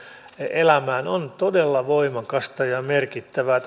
elämään on todella voimakasta ja merkittävää